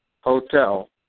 hotel